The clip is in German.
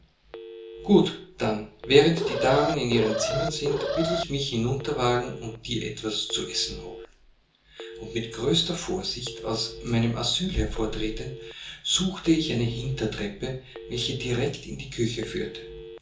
gut dann während die damen in ihren zimmern sind will ich mich hinunterwagen und dir etwas zu essen holen und mit größter vorsicht aus meinem asyl hervortretend suchte ich eine hintertreppe welche direkt in die küche führte